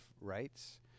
rights